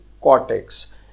cortex